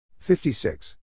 56